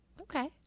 Okay